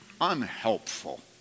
unhelpful